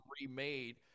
remade